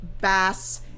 bass